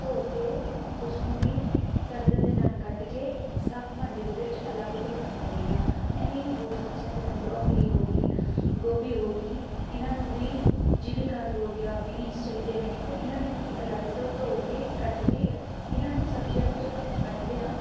ਧੋ ਕੇ ਉਸ ਨੂੰ ਵੀ ਕਰਦ ਦੇ ਨਾਲ ਕੱਟ ਕੇ ਸਾਫ਼ ਭਾਂਡੇ ਦੇ ਵਿੱਚ ਅਲੱਗ ਤੋਂ ਰੱਖ ਲੈਂਦੀ ਹਾਂ ਐਵੇਂ ਹੀ ਹੋਰ ਸਬਜ਼ੀਆਂ ਜਿੱਦਾਂ ਬਰੋਕਲੀ ਹੋ ਗਈ ਗੋਭੀ ਹੋ ਗਈ ਇਹਨਾਂ ਨੂੰ ਵੀ ਜਿਮੀਕੰਦ ਹੋ ਗਿਆ ਬੀਨਜ਼ ਚਾਹੀਦੇ ਨੇ ਤਾਂ ਇਹਨਾਂ ਨੂੰ ਵੀ ਅਲੱਗ ਤੋਂ ਧੋ ਕੇ ਕੱਟ ਕੇ ਹ ਇਹਨਾਂ ਨੂੰ ਸਬਜ਼ੀਆਂ ਨੂੰ ਜਦੋਂ ਆਪਾਂ ਕੱਟਦੇ ਹਾਂ